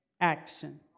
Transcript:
action